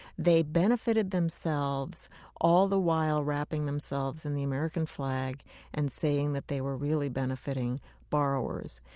they benefited themselves all the while wrapping themselves in the american flag and saying that they were really benefiting borrowers.